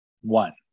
One